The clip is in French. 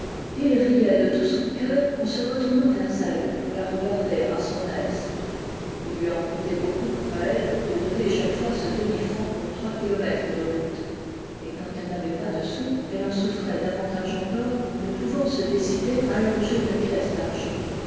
il riait de tout son cœur en se retournant vers elle pour la regarder à son aise ii lui en coûtait beaucoup à elle de donner chaque fois ce demi franc pour trois kilomètres de route et quand elle n'avait pas de sous elle en souffrait davantage encore ne pouvant se décider à allonger une pièce d'argent